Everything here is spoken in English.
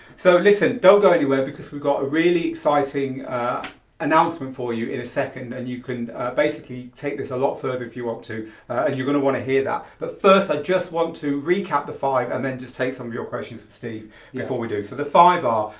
so listen don't go anywhere because we've got a really exciting announcement for you in a second and you can basically take this a lot further if you want to and you're going to want to hear that, but first i just want to recap the five and then just take some of your questions with steve before we do. so the five are,